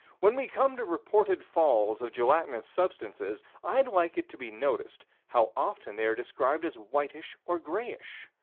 when we come to reported falls of gelatinous substances, i'd like it to be noticed how often they are described as whitish or grayish.